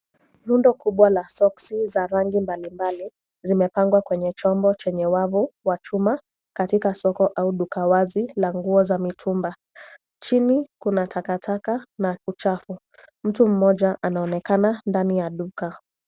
Rundo kubwa la soksi za rangi mbalimbali, zimepangwa kwenye chombo chenye wavu wa chuma, katika soko au duka wazi, la nguo za mitumba. Chini, kuna takataka na uchafu. Mtu mmoja anaonekana ndani ya duka.